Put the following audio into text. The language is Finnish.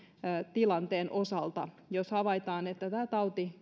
tilanteen osalta jos havaitaan että tämä tauti